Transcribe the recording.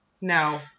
no